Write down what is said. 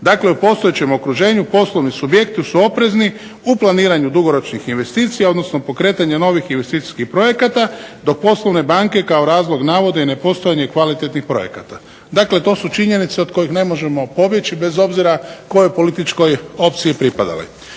Dakle, u postojećem okruženju poslovni subjekti su oprezni u planiranju dugoročnih investicija odnosno pokretanja novih investicijskih projekata dok poslovne banke kao razlog navode nepostojanje kvalitetnih projekta. Dakle to su činjenice od kojih ne možemo pobjeći bez obzira kojoj političkoj opciji pripadali.